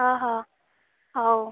ହଁ ହଁ ହଉ